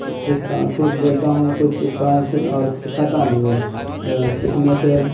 سیکھتا ہوں خود بولتا ہوں خود سیکھتا ہوں خود اور سکھاتا بھی ہوں سیکھنے سے